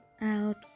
out